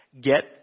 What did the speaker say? Get